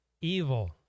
evil